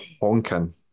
honking